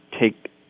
take